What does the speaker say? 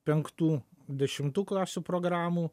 penktų dešimtų klasių programų